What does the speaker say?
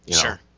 sure